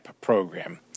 program